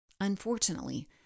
Unfortunately